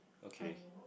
I mean